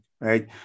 Right